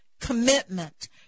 commitment